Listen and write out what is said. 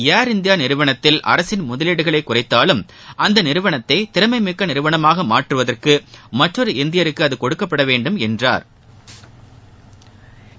ஏர் India நிறுவனத்தில் அரசின் முதலீடுகளை குறைத்தாலும் அந்த நிறுவனத்தை திறமைமிக்க நிறுவனமாக மாற்றுவதற்கு மற்றொரு இந்தியருக்கு அது கொடுக்கப்பட வேண்டும் என்றா்